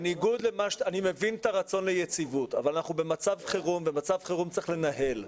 אני מבין את הרצון ליציבות אבל אנחנו במצב חירום ובמצב חירום צריך לנהל.